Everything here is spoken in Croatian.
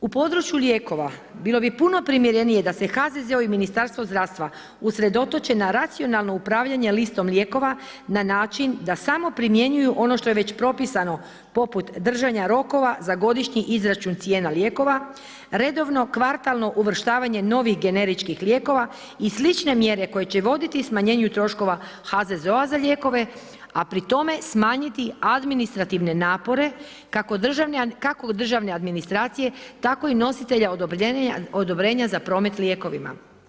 U području lijekova bilo bi puno primjerenije da se HZZO i Ministarstvo zdravstva usredotoče na racionalno upravljanje listom lijekova na način da samo primjenjuju ono što je već propisano poput držanja rokova za godišnji izračun cijena lijekova, redovno, kvartalno uvrštavanje novih generičkih lijekova i slične mjere koje će voditi i smanjenju troškova HZZO-a za lijekove, a pri tome smanjiti administrativne napore kako državne administracije tako i nositelja odobrenja za promet lijekovima.